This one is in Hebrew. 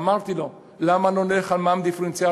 ואמרתי לו: למה לא נלך על מע"מ דיפרנציאלי?